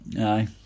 Aye